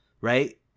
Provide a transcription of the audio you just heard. Right